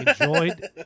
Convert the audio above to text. enjoyed